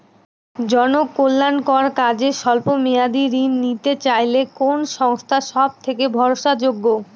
জনকল্যাণকর কাজে অল্প মেয়াদী ঋণ নিতে চাইলে কোন সংস্থা সবথেকে ভরসাযোগ্য?